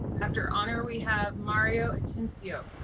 after honor, we have mario atencio.